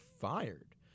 fired